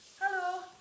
Hello